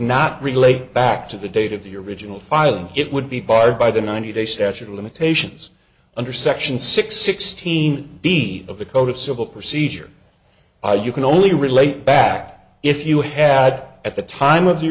not relate back to the date of the original filing it would be barred by the ninety day statute of limitations under section six sixteen b of the code of civil procedure i you can only relate back if you had at the time of the